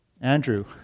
Andrew